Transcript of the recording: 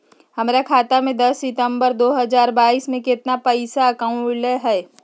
हमरा खाता में दस सितंबर दो हजार बाईस के दिन केतना पैसा अयलक रहे?